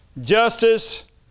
Justice